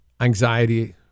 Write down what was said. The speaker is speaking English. anxiety